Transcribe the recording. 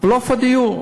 בלוף הדיור.